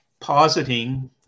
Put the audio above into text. positing